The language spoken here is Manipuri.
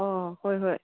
ꯑꯥ ꯍꯣꯏ ꯍꯣꯏ